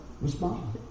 respond